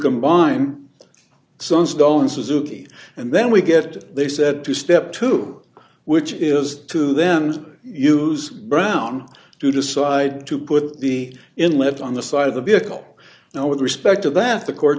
combine sunstone suzuki and then we get they said to step two which is to them use brown to decide to put the inlet on the side of the vehicle now with respect to that the court